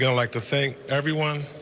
you know like to thank everyone.